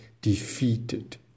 defeated